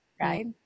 right